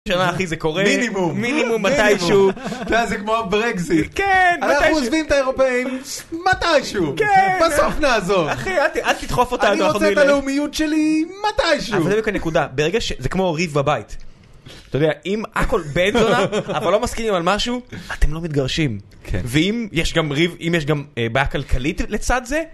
אחי זה קורה, מינימום, מינימום, מתישהו, זה כמו ברקזיט, כן, אנחנו עוזבים את האירופאים מתישהו, בסוף נעזור, אחי אל תדחוף אותנו, אני רוצה את הלאומיות שלי מתישהו, אבל זה כנקודה, זה כמו ריב בבית, אתה יודע, אם הכל בן זונה, אבל לא מסכימים על משהו, אתם לא מתגרשים, ואם יש גם ריב, אם יש גם בעיה כלכלית לצד זה.